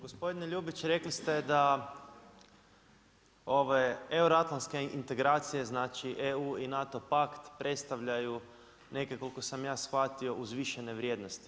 Gospodine Ljubić, rekli ste da ove euroatlantske integracije znači EU i NATO pakt predstavljaju neke, koliko sam ja shvatio, uzvišene vrijednosti.